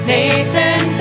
Nathan